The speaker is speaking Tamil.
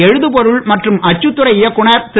எழுதுபொருள் மற்றும் அச்சுத்துறை இயக்குனர் திரு